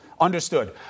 Understood